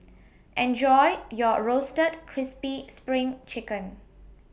Enjoy your Roasted Crispy SPRING Chicken